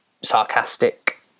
sarcastic